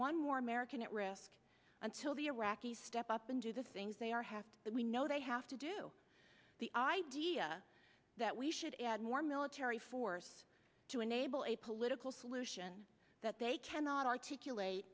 one more american at risk until the iraqis step up and do the things they are have to and we know they have to do the idea that we should add more military force to enable a political solution that they cannot articulate